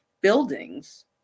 buildings